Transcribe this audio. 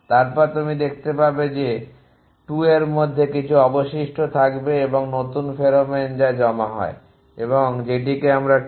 তারপরে তুমি দেখতে পাবে যে 2 এর মধ্যে কিছু অবশিষ্ট থাকবে এবং নতুন ফেরোমোন যা জমা হয় এবং যেটিকে আমরা tau i j n বলবো